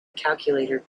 calculator